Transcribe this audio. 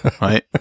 right